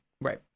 Right